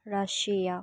Russia